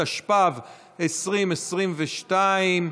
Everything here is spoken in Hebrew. התשפ"ב 2022,